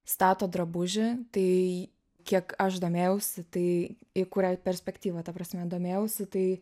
stato drabužį tai kiek aš domėjausi tai į kurią perspektyvą ta prasme domėjausi tai